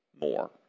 more